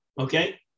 Okay